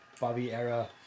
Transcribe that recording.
Bobby-era